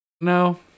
No